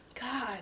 God